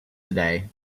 today